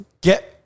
Get